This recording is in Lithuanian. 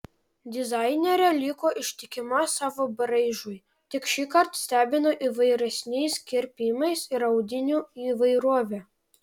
dizainerė liko ištikima savo braižui tik šįkart stebino įvairesniais kirpimais ir audinių įvairove